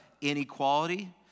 inequality